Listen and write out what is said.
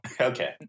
Okay